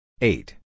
Eight